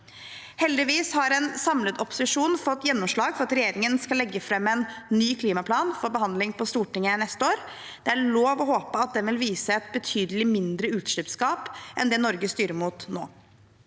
Heldigvis har en samlet opposisjon fått gjennomslag for at regjeringen skal legge fram en ny klimaplan for behandling på Stortinget neste år. Det er lov å håpe at den vil vise et betydelig mindre utslippsgap enn det Norge styrer mot nå.